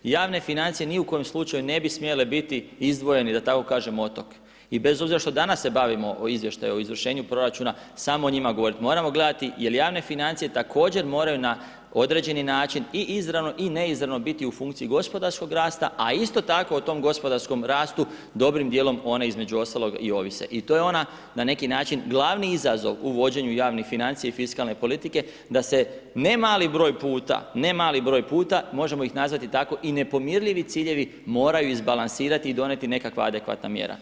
Javne financije ni u koje slučaju ne bi smjele biti izdvojeni da tako kažem otok, i bez obzira što danas se bavio o izvještaju o izvršenju proračuna samo o njima govorit moramo, gledati jer javne financije također moraju na određeni način i izravno i neizravno biti u funkciji gospodarskog rasta, a isto tako o tom gospodarskom rastu dobrim dijelom one između ostalo i ovise i to je ona na neki način glavni izazov u vođenju javnih financija i fiskalne politike, da se ne mali broj puta, ne mali broj puta možemo ih nazvati tako i nepomirljivi ciljevi moraju izbalansirati i donijeti nekakva adekvatna mjera.